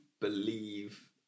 believe